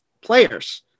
players